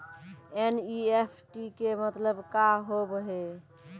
NEFT के मतलब का होव हेय?